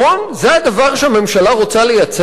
זה הדבר שהממשלה רוצה לייצר אותו?